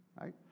right